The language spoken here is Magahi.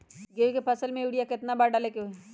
गेंहू के एक फसल में यूरिया केतना बार डाले के होई?